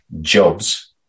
jobs